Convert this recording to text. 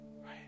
Right